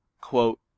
quote